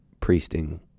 priesting